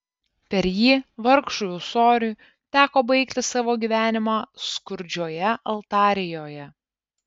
per jį vargšui ūsoriui teko baigti savo gyvenimą skurdžioje altarijoje